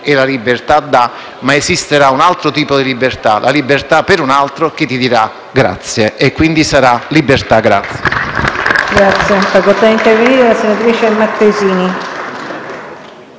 e la «libertà da», ma che esiste un altro tipo di libertà: la libertà per un altro che ti dirà «grazie» e, quindi, sarà libertà.